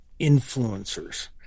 influencers